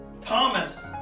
Thomas